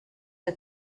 que